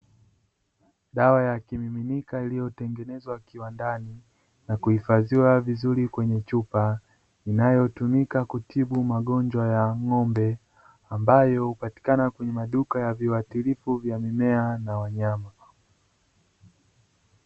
Dawa ya kimiminika iliyotengenezwa kiwandani na kuhifadhiwa vizuri kwenye chupa inayotumika kutibu magonjwa ya ng’ombe, ambayo hupatikana kwenye maduka ya viwatilifu vya mimea na wanyama.